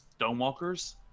Stonewalkers